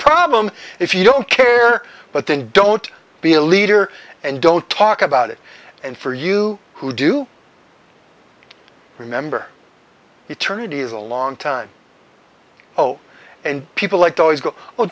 problem if you don't care but then don't be a leader and don't talk about it and for you who do remember eternity is a long time oh and people like to always go oh